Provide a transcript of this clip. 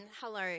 hello